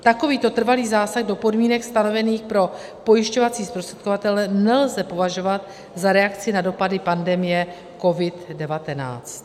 Takovýto trvalý zásah do podmínek stanovených pro pojišťovací zprostředkovatele nelze považovat za reakci na dopady pandemie COVID19.